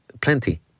plenty